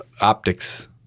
optics –